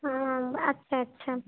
হুম আচ্ছা আচ্ছা